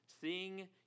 seeing